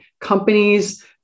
companies